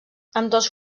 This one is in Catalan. ambdós